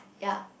ya